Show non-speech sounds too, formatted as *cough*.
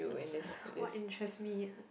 uh *breath* what interest me ah